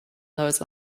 those